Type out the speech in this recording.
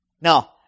Now